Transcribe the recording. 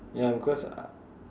ya because I